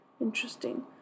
interesting